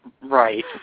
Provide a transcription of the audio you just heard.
Right